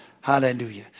Hallelujah